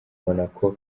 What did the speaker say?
monaco